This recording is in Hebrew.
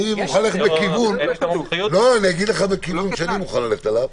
אני אגיד לך את הכיוון שאני מוכן ללכת אליו,